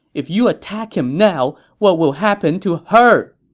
if you attack him now, what will happen to her!